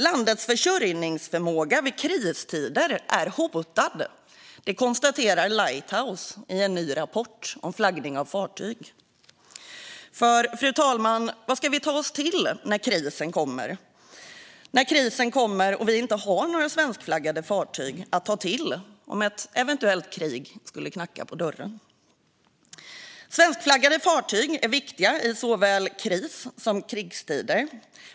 Landets försörjningsförmåga vid kristider är hotad, konstaterar Lighthouse i en ny rapport om flaggning av fartyg. Vad ska vi ta oss till om vi inte har några svenskflaggade fartyg när krisen kommer eller kriget knackar på dörren? Svenskflaggade fartyg är viktiga i såväl kris som krigstider.